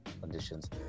conditions